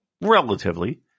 relatively